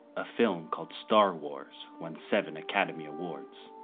a film called star wars won seven academy awards.